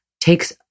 takes